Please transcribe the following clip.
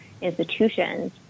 institutions